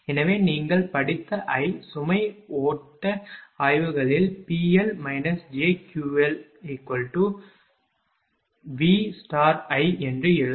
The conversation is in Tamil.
எனவே நீங்கள் படித்த I சுமை ஓட்ட ஆய்வுகளில் PL jQLVI என்று எழுதலாம்